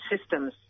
systems